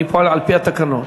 אני פועל על-פי התקנון.